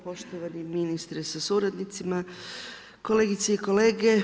Poštovani ministre sa suradnicima, kolegice i kolege.